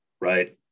Right